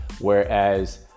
whereas